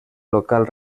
local